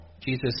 Jesus